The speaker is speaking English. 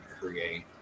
create